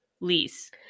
lease